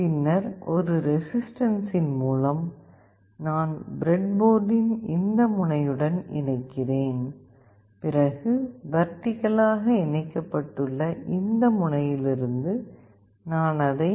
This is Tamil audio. பின்னர் ஒரு ரெசிஸ்டன்ஸின் மூலம் நான் ப்ரெட்போர்டின் இந்த முனையுடன் இணைக்கிறேன் பிறகு வெர்டிகலாக இணைக்கப்பட்டுள்ள இந்த முனையிலிருந்து நான் அதை வி